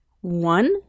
one